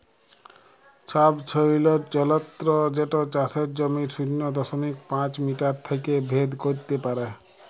ছবছৈলর যলত্র যেট চাষের জমির শূন্য দশমিক পাঁচ মিটার থ্যাইকে ভেদ ক্যইরতে পারে